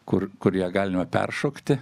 kur kur ją galima peršokti